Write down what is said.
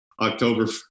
October